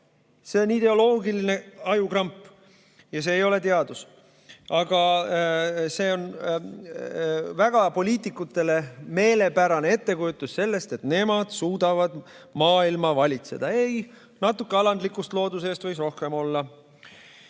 See on ideoloogiline ajukramp. See ei ole teadus! Aga see on poliitikutele väga meelepärane ettekujutus sellest, et nemad suudavad maailma valitseda. Ei, alandlikkust looduse ees võiks natuke rohkem olla.